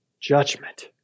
judgment